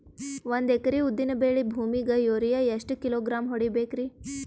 ಒಂದ್ ಎಕರಿ ಉದ್ದಿನ ಬೇಳಿ ಭೂಮಿಗ ಯೋರಿಯ ಎಷ್ಟ ಕಿಲೋಗ್ರಾಂ ಹೊಡೀಬೇಕ್ರಿ?